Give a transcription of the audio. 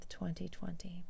2020